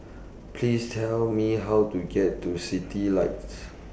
Please Tell Me How to get to Citylights